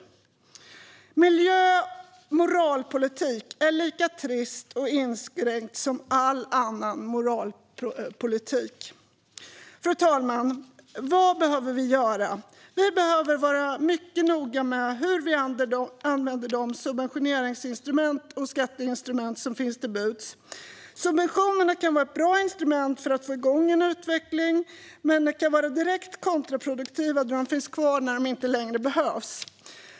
Moralpolitik när det gäller miljö är lika trist och inskränkt som all annan moralpolitik. Fru talman! Vad behöver vi göra? Vi behöver vara mycket noga med hur vi använder de subventioneringsinstrument och skatteinstrument som står till buds. Subventionerna kan vara ett bra instrument för att få igång en utveckling, men de kan vara direkt kontraproduktiva om de finns kvar när de inte längre behövs.